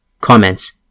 Comments